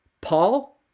Paul